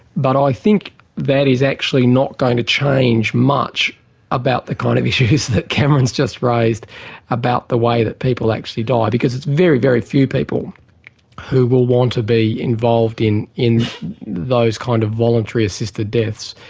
but i think that is actually not going to change much about the kind of issues that cameron's just raised about the way that people actually die. because it's very, very few people who will want to be involved in in those kind of voluntary assisted deaths,